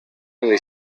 mainly